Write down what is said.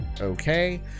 Okay